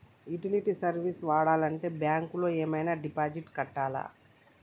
Utility service వాడాలంటే bank లో ఏమైనా డిపాజిట్ కట్టాలా?